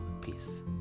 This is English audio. Peace